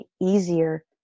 easier